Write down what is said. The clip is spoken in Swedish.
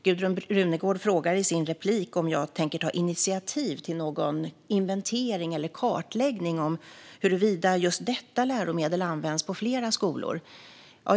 Gudrun Brunegård frågade i sitt inlägg om jag tänker ta initiativ till någon inventering eller kartläggning av huruvida just detta läromedel används på flera skolor.